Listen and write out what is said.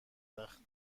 وقت